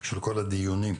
הדיונים.